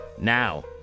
now